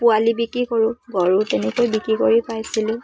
পোৱালি বিক্ৰী কৰোঁ গৰু তেনেকৈ বিক্ৰী কৰি পাইছিলোঁ